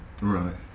Right